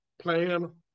plan